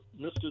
Mr